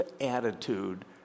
attitude